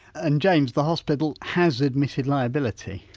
and james, the hospital has admitted liability?